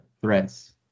threats